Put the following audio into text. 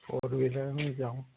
फोरवीलरने जाऊ